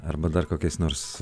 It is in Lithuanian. arba dar kokiais nors